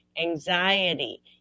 anxiety